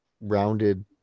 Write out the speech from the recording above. rounded